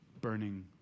burning